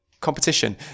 competition